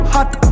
Hot